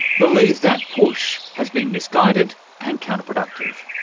believes that push has been misguided and counterproductive.